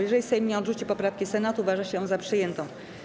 Jeżeli Sejm nie odrzuci poprawki Senatu, uważa się za przyjętą.